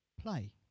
play